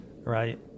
right